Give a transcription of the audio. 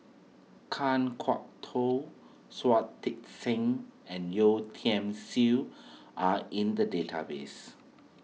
Kan Kwok Toh Shui Tit Sing and Yeo Tiam Siew are in the database